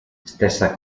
stessa